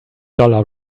dollar